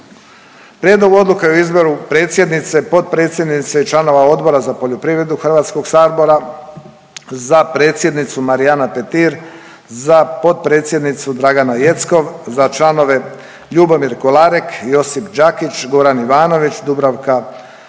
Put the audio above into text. Prijedlog odluke o izboru predsjednice, potpredsjednice i članova Odbora za poljoprivredu HS-a, za predsjednicu Marijana Petir, za potpredsjednicu Dragana Jeckov, za članove Ljubomir Kolarek, Josip Đakić, Goran Ivanović, Dubravka